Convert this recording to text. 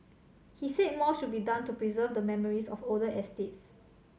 he said more should be done to preserve the memories of older estates